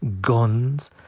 guns